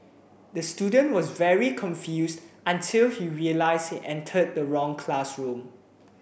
the student was very confused until he realised he entered the wrong classroom